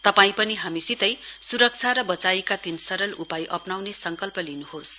तपाईं पनि हामीसितै सुरक्षा र बचाईका तीन सरल उपाय अप्नाउने संकल्प गर्न्होस